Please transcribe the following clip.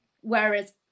Whereas